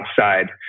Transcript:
outside